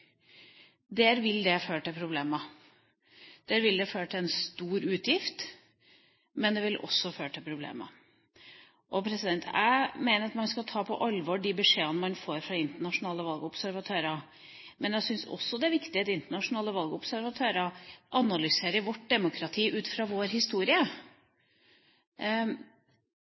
Der vil det føre til en stor utgift, men det vil også føre til problemer. Jeg mener man skal ta på alvor de beskjedene man får fra internasjonale valgobservatører, men jeg syns også det er viktig at internasjonale valgobservatører analyserer vårt demokrati ut fra vår historie.